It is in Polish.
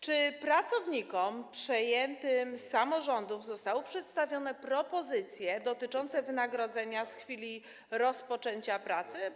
Czy pracownikom przejętym z samorządów zostały przedstawione propozycje dotyczące wynagrodzenia w chwili rozpoczęcia pracy?